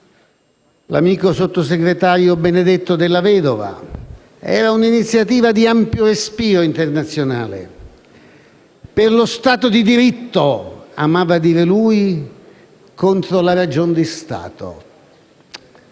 l'amico sottosegretario Benedetto Della Vedova. Era un'iniziativa di ampio respiro internazionale, per lo Stato di diritto - come amava dire lui - contro la ragione di Stato.